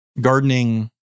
gardening